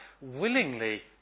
willingly